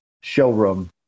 showroom